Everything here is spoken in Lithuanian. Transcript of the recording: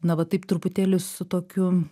na va taip truputėlį su tokiu